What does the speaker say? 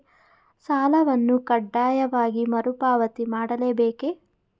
ಸಾಲವನ್ನು ಕಡ್ಡಾಯವಾಗಿ ಮರುಪಾವತಿ ಮಾಡಲೇ ಬೇಕೇ?